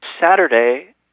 Saturday